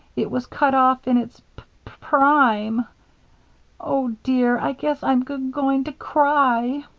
it was cut off in its p-prime oh, dear, i guess i'm g-going to cry.